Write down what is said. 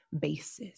basis